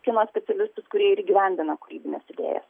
kino specialistus kurie ir įgyvendina kūrybines idėjas